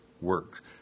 work